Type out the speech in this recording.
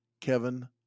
Kevin